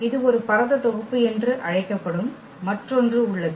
இது ஒரு பரந்த தொகுப்பு என்று அழைக்கப்படும் மற்றொன்று உள்ளது